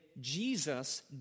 Jesus